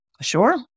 Sure